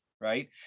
Right